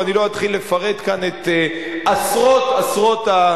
ולא אתחיל לפרט כאן את עשרות הדוגמאות.